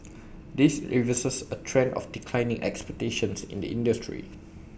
this reverses A trend of declining expectations in the industry